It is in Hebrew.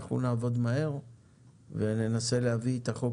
אנחנו נעבוד מהר וננסה להביא את החוק